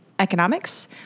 Economics